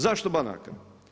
Zašto banaka?